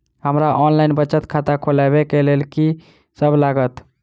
हमरा ऑनलाइन बचत खाता खोलाबै केँ लेल की सब लागत?